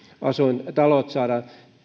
asuintalot saada